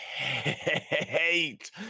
Hate